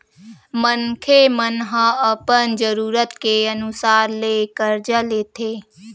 मनखे मन ह अपन जरूरत के अनुसार ले करजा लेथे